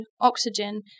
oxygen